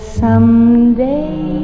someday